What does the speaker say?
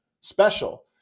special